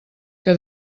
que